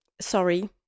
Sorry